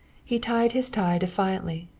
he tied his tie defiantly,